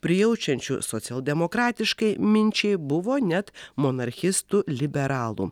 prijaučiančių socialdemokratiškai minčiai buvo net monarchistų liberalų